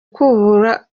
kubura